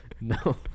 No